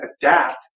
adapt